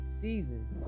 season